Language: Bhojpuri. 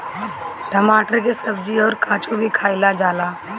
टमाटर के सब्जी अउर काचो भी खाएला जाला